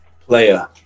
Player